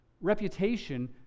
reputation